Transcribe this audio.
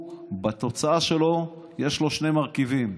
בתוצאה שלו יש לו שני מרכיבים,